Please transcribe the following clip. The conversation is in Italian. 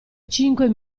cinque